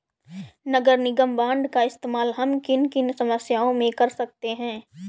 नगर निगम बॉन्ड का इस्तेमाल हम किन किन समस्याओं में कर सकते हैं?